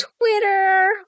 Twitter